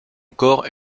corps